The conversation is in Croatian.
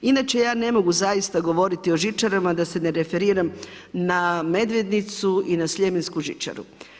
Inače ja ne mogu zaista govoriti o žičarama da se ne referiram na Medvednicu i na sljemensku žičaru.